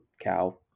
cow